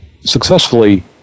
successfully